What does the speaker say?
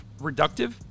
reductive